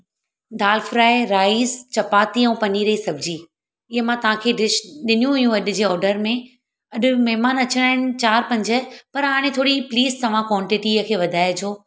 dal fry rice chapati ऐं पनीर ई सब्जी ईअं मां तव्हांखे डिश ॾिनियूं हुयूं अॼु जे ऑडर में अॼु महिमान अचणा आहिनि चारि पंज पर हाणे थोरी प्लीस तव्हां कोंटिटीअ खे वधाएजो